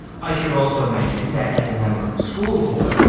i should also mention that, as a member of the school board,